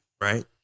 right